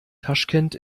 taschkent